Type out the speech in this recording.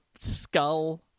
skull